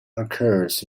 occurs